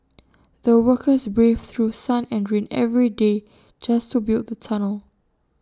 the workers braved through sun and rain every day just to build the tunnel